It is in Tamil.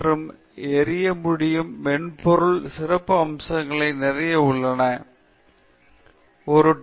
நான் முதல் முறையாக வழங்குநர்கள் நீங்கள் உங்கள் ஸ்லைடு மற்றும் எறிய முடியும் மென்பொருள் சிறப்பு அம்சங்கள் நிறைய உள்ளன என்று இந்த யோசனை மூலம் ஆசை இருக்கலாம் என்று